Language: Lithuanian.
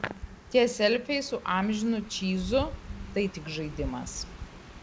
tie selfiai su amžinu čyzu tai tik žaidimas